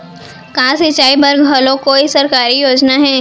का सिंचाई बर घलो कोई सरकारी योजना हे?